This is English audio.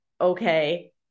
Okay